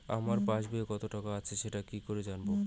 আমার পাসবইয়ে কত টাকা আছে সেটা কি করে জানবো?